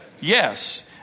yes